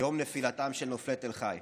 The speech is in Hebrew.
יום נפילתם של נופלי תל חי.